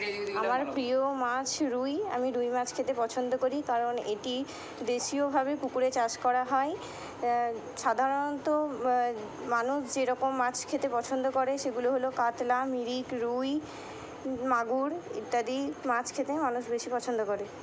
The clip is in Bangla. আমার প্রিয় মাছ রুই আমি রুই মাছ খেতে পছন্দ করি কারণ এটি দেশীয়ভাবে কুকুরে চাষ করা হয় সাধারণত মানুষ যেরকম মাছ খেতে পছন্দ করে সেগুলো হলো কাতলা মৃগেল রুই মাগুর ইত্যাদি মাছ খেতে মানুষ বেশি পছন্দ করে